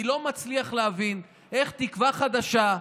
אני לא מצליח להבין איך תקווה חדשה,